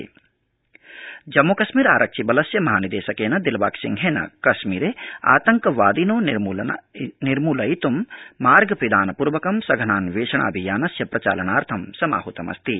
जम्मकश्मीर महानिदेशक जम्मूकश्मीर आरक्षि बलस्य महानिदेशकेन दिलबागसिंहेन कश्मीरे आतंक वादिनो निर्मूलयित् मार्ग पिधान पूर्वकं सघनान्वेषणाभियानस्य प्रचालनाथं समाहतमस्ति